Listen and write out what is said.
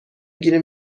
گیریم